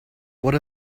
what